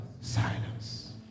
silence